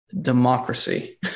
democracy